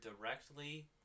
directly